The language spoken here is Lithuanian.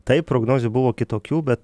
taip prognozių buvo kitokių bet